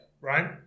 right